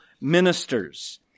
ministers